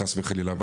חס וחלילה,